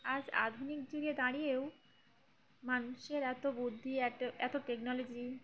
আজ আধুনিক যুগে দাঁড়িয়েও মানুষের এত বুদ্ধি এত এত টেকনোলজি